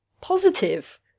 Positive